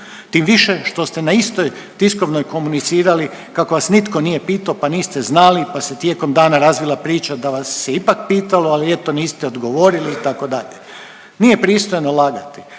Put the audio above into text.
tim više što ste na istoj tiskovnoj komunicirali kako vas nitko nije pitao, pa niste znali, pa se tijekom dana razvila priča da vas se ipak pitalo, ali eto niste odgovorili itd. Nije pristojno lagati.